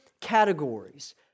categories